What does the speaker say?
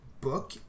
book